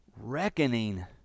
Reckoning